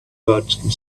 merchant